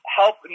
help